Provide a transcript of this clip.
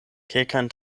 kelkajn